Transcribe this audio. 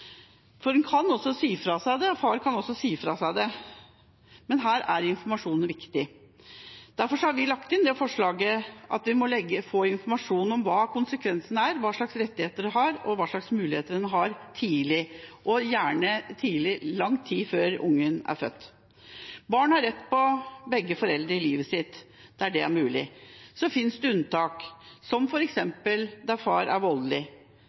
kan også si det fra seg. Men her er informasjon viktig. Derfor har vi lagt inn forslag om at vi må få informasjon om hva konsekvensene er, hva slags rettigheter en har, og hva slags muligheter en har, tidlig – og gjerne i lang tid før barnet er født. Barn har rett på begge foreldrene i livet sitt, der det er mulig. Så finnes det unntak, som f.eks. når far er voldelig,